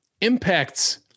impacts